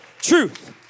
truth